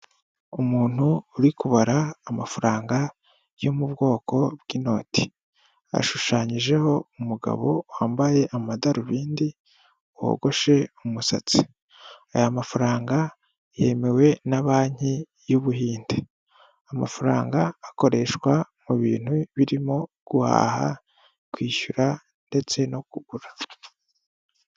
Umuntu uri kubara amafaranga yo mu bwoko bw'inoti ,ashushanyijeho umugabo wambaye amadarubindi wogoshe umusatsi. Aya mafaranga yemewe na banki y'Ubuhinde. Amafaranga akoreshwa mu bintu birimo guhaha, kwishyura ndetse no kugura.